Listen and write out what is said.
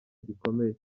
gikomeye